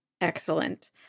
excellent